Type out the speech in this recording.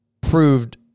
proved